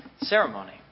ceremony